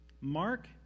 Mark